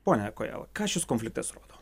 pone kojala ką šis konfliktas rodo